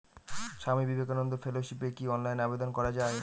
স্বামী বিবেকানন্দ ফেলোশিপে কি অনলাইনে আবেদন করা য়ায়?